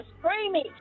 screaming